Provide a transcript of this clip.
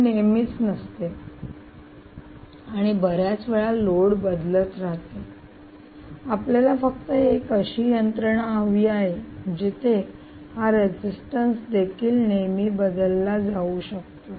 हे नेहमीच नसते आणि बऱ्याच वेळा लोड बदलत राहते आपल्याला फक्त एक अशी यंत्रणा हवी आहे जिथे हा रेजिस्टन्स देखील नेहमी बदलला जाऊ शकतो